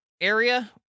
area